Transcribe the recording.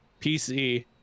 PC